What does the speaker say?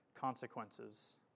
consequences